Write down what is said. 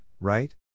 right